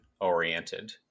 oriented